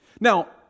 Now